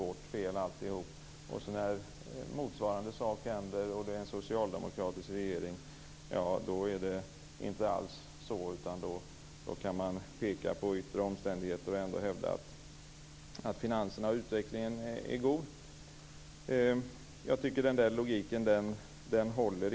Men när motsvarande händer och Socialdemokraterna befinner sig i regeringsställning, då är det inte alls så, utan då kan de peka på yttre omständigheter och ändå hävda att finanserna är goda och att utvecklingen är god. Jag tycker att denna logik inte håller.